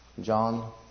John